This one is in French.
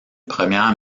première